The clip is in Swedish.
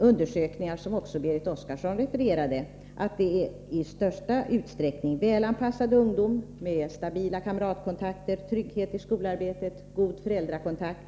Undersökningar som också Berit Oscarsson refererade till visar att det i största utsträckning är välanpassad ungdom med stabila kamratkontakter, trygghet i skolarbetet och god föräldrakontakt.